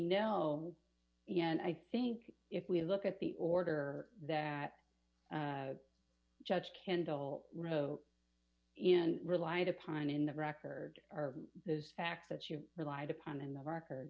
know and i think if we look at the order that judge kendall wrote and relied upon in the record are those facts that you relied upon in the record